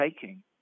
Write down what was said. taking